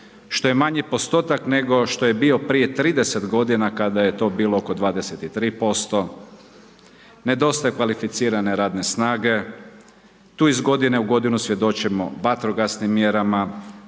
što je manji postotak nego što je bio prije 30 g. kada je to bilo oko 23%, nedostaje kvalificirane radne snage, tu iz godine u godinu svjedočimo vatrogasnim mjerama